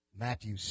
Matthew